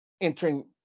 entering